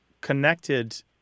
connected